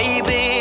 Baby